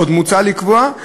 עוד מוצע לקבוע,